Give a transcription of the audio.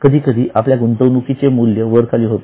कधीकधी आपल्या गुंतवणुकीचे मूल्य वर खाली होते